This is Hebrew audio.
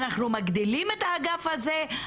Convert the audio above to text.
אנחנו מגדילים את האגף הזה,